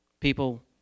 People